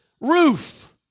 roof